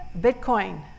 Bitcoin